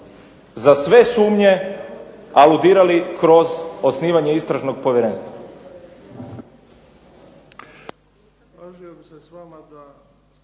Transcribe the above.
za sve sumnje aludirali kroz osnivanje Istražnog povjerenstva.